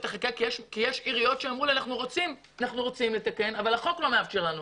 החקיקה כי יש עיריות שאמרו שהן רוצות לתקן אבל החוק לא מאפשר להן.